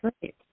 Great